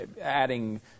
adding